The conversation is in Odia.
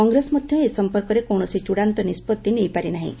କଂଗ୍ରେସ ମଧ୍ୟ ଏ ସଂପର୍କରେ କୌଣସି ଚଡ଼ାନ୍ତ ନିଷ୍ପଭି ନେଇପାରି ନାହିଁ